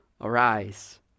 arise